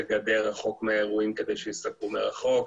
גדר רחוק מהאירועים כדי שיסקרו מרחוק,